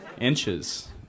inches